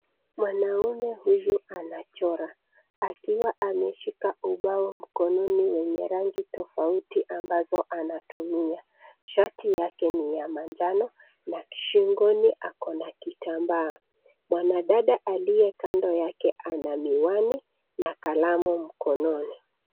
Mwanaume huyu anachora akiwa ameshika ubao mkononi wenye rangi tofauti ambazo anatumia. Shati yake ni ya manjano na shingoni ako na kitambaa. Mwanadada aliye kando yake ana miwani na kalamu mkononi.